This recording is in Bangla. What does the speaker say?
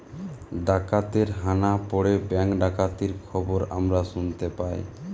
ডাকাতের হানা পড়ে ব্যাঙ্ক ডাকাতির খবর আমরা শুনতে পাই